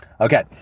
Okay